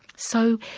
so